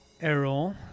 Errol